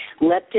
Leptin